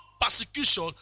persecution